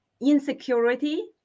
insecurity